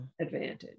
advantage